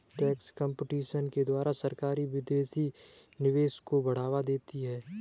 tax competition के द्वारा सरकारी विदेशी निवेश को बढ़ावा देती है